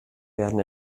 werden